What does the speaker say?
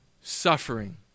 suffering